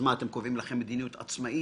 למה אתם קובעים לכם מדיניות עצמאית?